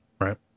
right